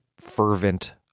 fervent